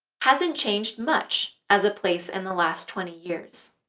hasn't changed much as a place in the last twenty years.